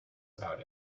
about